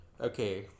Okay